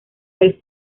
del